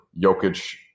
Jokic